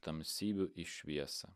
tamsybių į šviesą